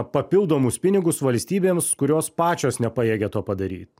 papildomus pinigus valstybėms kurios pačios nepajėgia to padaryt